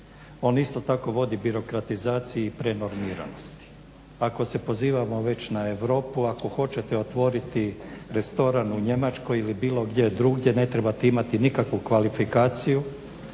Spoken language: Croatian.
On isto tako vodi birokratizaciji i prenormiranosti. Ako se pozivamo već na Europu, ako hoćete otvoriti restoran u Njemačkoj ili bilo gdje drugdje ne trebate imati nikakvu kvalifikaciju,